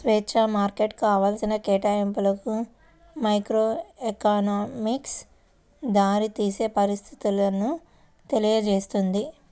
స్వేచ్ఛా మార్కెట్లు కావాల్సిన కేటాయింపులకు మైక్రోఎకనామిక్స్ దారితీసే పరిస్థితులను తెలియజేస్తుంది